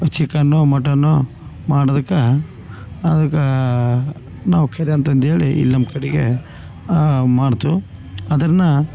ಈ ಚಿಕನ್ನು ಮಟನ್ನು ಮಾಡದಕ್ಕ ಅದಕ್ಕಾ ನಾವು ಕೆದೆ ಅಂತಂದೇಳಿ ಇಲ್ಲಿ ನಮ್ಕಡೆಗೆ ಮಾಡ್ತೀವಿ ಅದರನ್ನ